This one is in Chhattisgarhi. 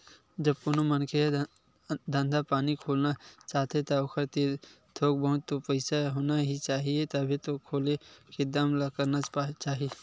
जब कोनो मनखे ह धंधा पानी खोलना चाहथे ता ओखर तीर थोक बहुत तो पइसा होना ही चाही तभे खोले के दम ल करना चाही